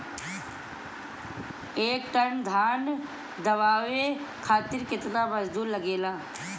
एक टन धान दवावे खातीर केतना मजदुर लागेला?